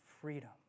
freedom